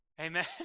Amen